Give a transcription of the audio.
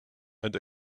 and